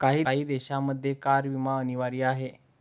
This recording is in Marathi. काही देशांमध्ये कार विमा अनिवार्य आहे